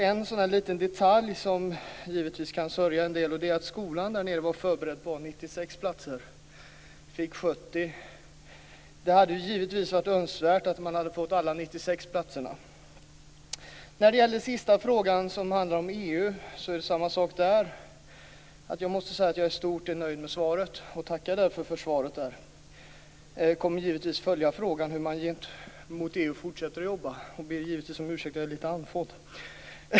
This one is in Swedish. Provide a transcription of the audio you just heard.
En liten detalj som gör att en del kan sörja är att skolan där nere var förberedd på 96 platser och fick 70. Det hade givetvis varit önskvärt att man fått alla 96 platserna. När det gäller sista frågan som handlar om EU är det samma sak där. Jag måste säga att jag i stort är nöjd med svaret, och jag tackar därför för svaret. Jag kommer givetvis att följa frågan hur man fortsätter att jobba gentemot EU.